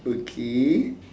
okay